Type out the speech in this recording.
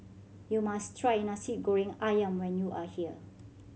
you must try Nasi Goreng Ayam when you are here